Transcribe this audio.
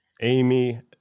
Amy